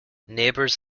neighbors